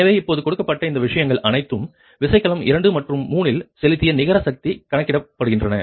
எனவே இப்போது கொடுக்கப்பட்ட இந்த விஷயங்கள் அனைத்தும் விசைக்கலம் 2 மற்றும் 3 இல் செலுத்திய நிகர சக்தி கணக்கிடுகின்றன